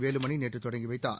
வேலுமணி நேற்று தொடங்கி வைத்தார்